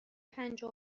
پنجاه